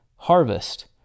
harvest